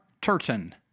Turton